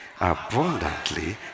Abundantly